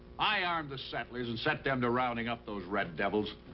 i armed the settlers and set them to rounding up those red devils.